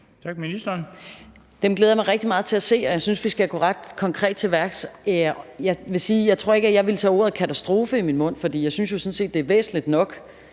Dem glæder jeg mig rigtig meget til at se, og jeg synes, at vi skal gå ret konkret til værks. Jeg tror ikke, at jeg ville tage ordet katastrofe i min mund, for jeg synes jo sådan set, at det er væsentligt nok,